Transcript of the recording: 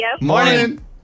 Morning